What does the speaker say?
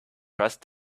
trust